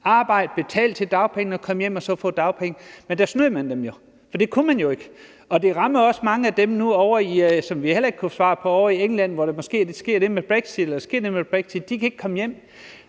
arbejde, betale til dagpenge og komme hjem og få dagpenge. Men der snød man dem jo, for det kunne man ikke. Det rammer også mange af dem ovre i England, nu hvor der sker det med brexit. De kan ikke komme hjem,